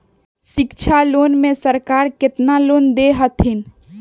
शिक्षा लोन में सरकार केतना लोन दे हथिन?